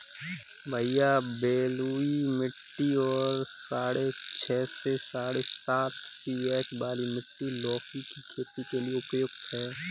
भैया बलुई मिट्टी और साढ़े छह से साढ़े सात पी.एच वाली मिट्टी लौकी की खेती के लिए उपयुक्त है